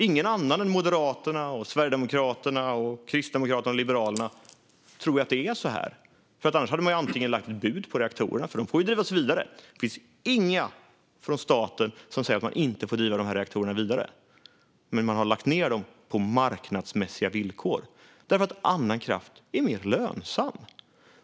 Ingen annan än Moderaterna, Sverigedemokraterna, Kristdemokraterna och Liberalerna tror att det är så. I så fall hade man lagt ett bud på reaktorerna. De får ju drivas vidare. Det finns inget från staten som säger att man inte får driva reaktorerna vidare, men man har lagt ned dem på marknadsmässiga villkor eftersom annan kraft är mer lönsam.